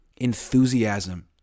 enthusiasm